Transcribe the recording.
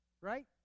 right